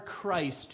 Christ